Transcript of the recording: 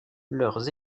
leurs